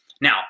Now